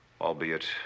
albeit